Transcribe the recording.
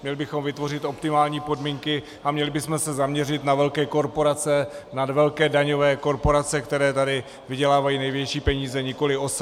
Měli bychom vytvořit optimální podmínky a měli bychom se zaměřit na velké korporace, na velké daňové korporace, které tady vydělávají největší peníze, nikoli OSVČ.